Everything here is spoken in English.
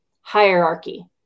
hierarchy